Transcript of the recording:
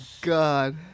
god